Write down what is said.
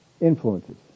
influences